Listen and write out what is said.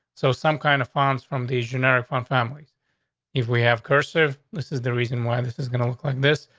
so some kind of funds from these generic font families if we have cursive this is the reason why this is gonna look like this.